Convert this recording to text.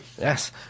Yes